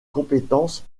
compétences